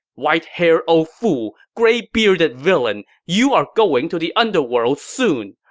white-haired old fool! gray-bearded villain! you are going to the underworld soon.